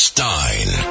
Stein